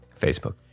Facebook